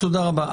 תודה רבה.